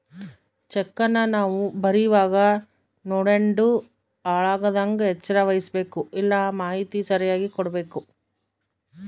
ಚೆಕ್ಕನ್ನ ನಾವು ಬರೀವಾಗ ನೋಡ್ಯಂಡು ಹಾಳಾಗದಂಗ ಎಚ್ಚರ ವಹಿಸ್ಭಕು, ಎಲ್ಲಾ ಮಾಹಿತಿ ಸರಿಯಾಗಿ ಕೊಡ್ಬಕು